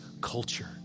culture